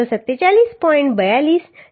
42 તરીકે શોધી શકીએ છીએ